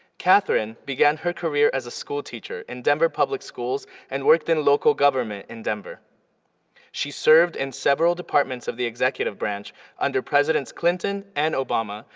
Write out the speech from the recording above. katherine began her career as a school teacher in denver public schools and worked in local government in denver she served in several departments of the executive branch under presidents, clinton, and obama,